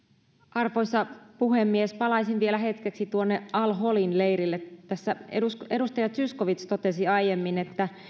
arvoisa puhemies palaisin vielä hetkeksi al holin leiriin tässä edustaja zyskowicz totesi aiemmin että